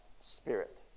spirit